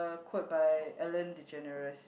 quote by Ellen-DeGeneres